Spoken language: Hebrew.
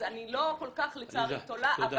אז לצערי אני לא תולה הרבה תקוות,